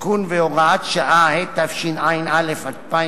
(תיקון מס' 3 והוראת שעה), התשע"א 2011,